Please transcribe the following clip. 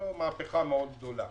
זו מהפכה מאוד גדולה.